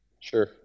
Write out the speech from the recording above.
Sure